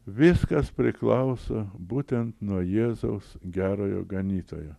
viskas priklauso būtent nuo jėzaus gerojo ganytojo